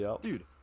Dude